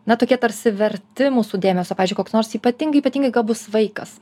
na tokie tarsi verti mūsų dėmesio pavyzdžiui koks nors ypatingai ypatingai gabus vaikas